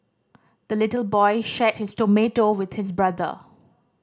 the little boy shared his tomato with his brother